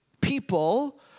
people